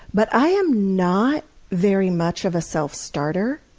but i am not very much of a self-starter.